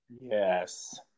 Yes